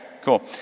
cool